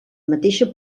mateixa